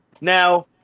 Now